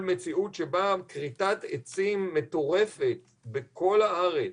מציאות שבה כריתת עצים מטורפת בכל הארץ,